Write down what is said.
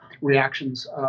reactions